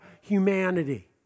humanity